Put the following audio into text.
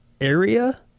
area